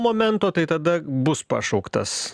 momento tai tada bus pašauktas